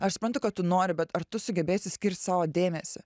aš suprantu kad tu nori bet ar tu sugebėsi skirt savo dėmesį